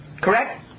Correct